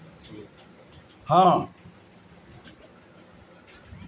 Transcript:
चाय के पौधा के पतइ के सुखाके ओसे चाय बनेला